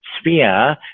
Sphere